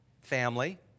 family